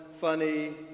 funny